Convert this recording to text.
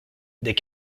des